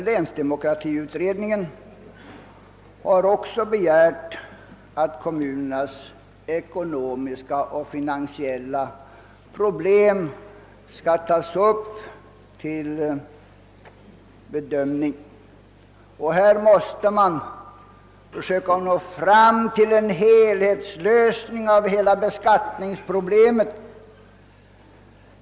Länsdemokratiutredningen har också begärt att kommunernas ekonomiska och finansiella problem skall tas upp till bedömning. Man måste härvidlag försöka komma fram till en helhetslösning av hela beskattningsproblemet.